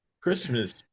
Christmas